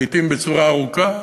לעתים בצורה ארוכה,